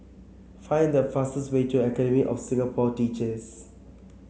find the fastest way to Academy of Singapore Teachers